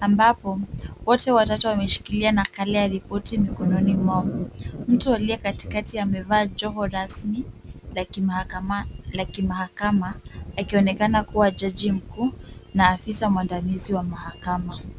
ambapo wote watatu wameshikilia nakala ya ripoti mikononi mwao. Mtu aliye katikati amevaa joho rasmi la kimahakama, akionekana kuwa jaji mkuu na afisa muandalizi wa mahakama.